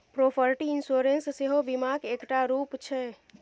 property insurance सेहो बीमाक एकटा रुप छै